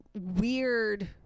weird